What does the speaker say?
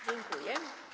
Dziękuję.